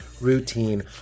routine